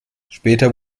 später